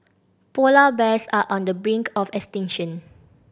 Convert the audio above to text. polar bears are on the brink of extinction